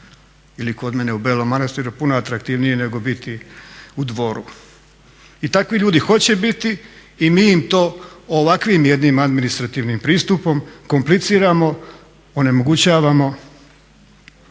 ili kod mene u Belom Manastiru puno atraktivnije nego biti u Dvoru. I takvi ljudi hoće biti i mi im to ovakvim jednim administrativnim pristupom kompliciramo, onemogućavamo